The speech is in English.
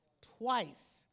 twice